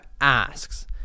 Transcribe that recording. asks